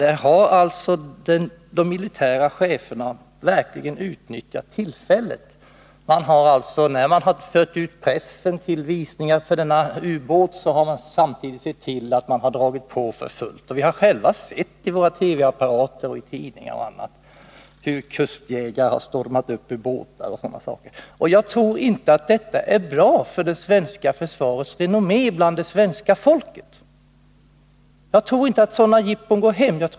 Där har de militära cheferna verkligen utnyttjat tillfället. Man har, när man har fört ut pressen till visningar med anledningav Nr 26 ubåten, samtidigt sett till att dra på för fullt. Vi har själva bl.a. i våra TV-apparater och i tidningar sett hur kustjägare har stormat upp ur båtar m.m. Jag tror inte att detta är bra för det svenska försvarets renommé hos det svenska folket. Jag tror inte heller att sådana jippon går hem.